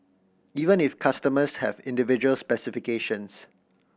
even if customers have individual specifications